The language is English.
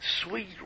sweet